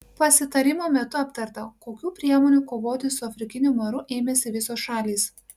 pasitarimo metu aptarta kokių priemonių kovoti su afrikiniu maru ėmėsi visos šalys